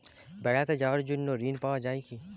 বেড়াতে যাওয়ার জন্য ঋণ পাওয়া যায় কি?